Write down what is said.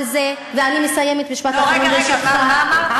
על זה, ואני מסיימת, משפט אחרון, רגע, מה אמרת?